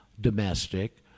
domestic